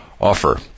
offer